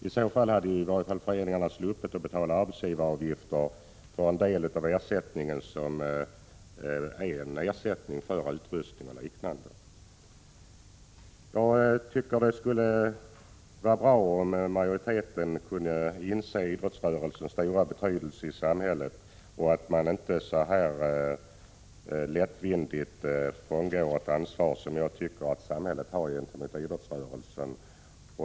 I så fall hade föreningarna sluppit betala arbetsgivaravgift för belopp som utgör ersättning för utrustning etc. Jag tycker att det skulle vara bra om majoriteten kunde inse idrottsrörelsens stora betydelse i samhället och att man inte så här lättvindigt frångår ett ansvar som jag tycker att samhället har gentemot idrottsrörelsen.